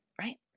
right